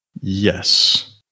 yes